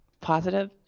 positive